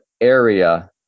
area